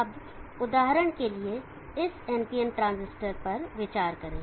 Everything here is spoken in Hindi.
अब उदाहरण के लिए इस NPN ट्रांजिस्टर पर विचार करें